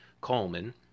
Coleman